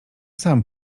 sam